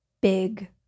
big